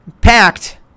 packed